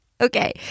Okay